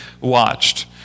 watched